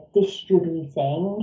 distributing